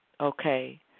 Okay